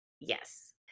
Yes